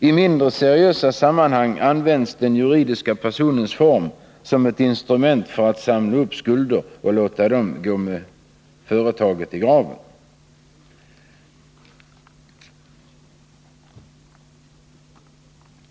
I mindre seriösa sammanhang används den juridiska personens form som ett instrument för att samla upp skulder och låta dem gå i graven med företaget.